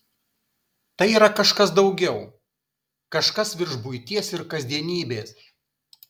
tai yra kažkas daugiau kažkas virš buities ir kasdienybės